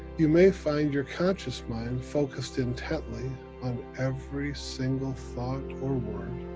you may find your conscious mind focused intently on every single thought or word